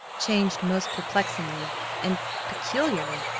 changed most perplexingly and peculiarly.